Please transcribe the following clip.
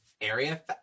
Area